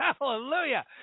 Hallelujah